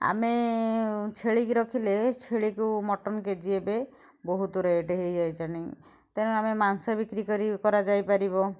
ଆମେ ଛେଳିକି ରଖିଲେ ଛେଳିକୁ ମଟନ୍ କେଜି ଏବେ ବହୁତ ରେଟ୍ ହୋଇଯାଇଛି ଏଣି ତେଣୁ ଆମେ ମାଂସ ବିକ୍ରି କରି କରାଯାଇପାରିବ